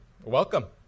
welcome